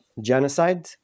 genocide